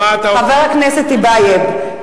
חבר הכנסת טיבייב,